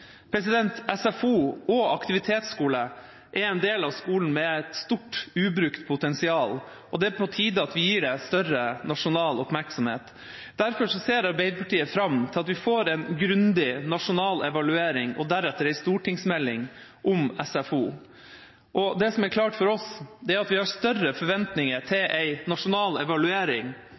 SFO og aktivitetsskole er en del av skolen med et stort ubrukt potensial, og det er på tide at vi gir det større nasjonal oppmerksomhet. Derfor ser Arbeiderpartiet fram til at vi får en grundig nasjonal evaluering, og deretter en stortingsmelding om SFO. Det som er klart for oss, er at vi har større forventninger til en nasjonal evaluering